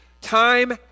time